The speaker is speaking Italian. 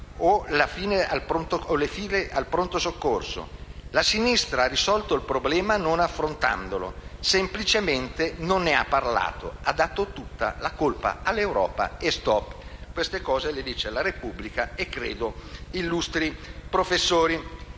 nelle file al pronto soccorso. La sinistra ha risolto il problema non affrontandolo: semplicemente non ne ha parlato. Ha dato tutta la colpa all'Europa e stop. Queste cose le scrivono «la Repubblica» e credo illustri professori.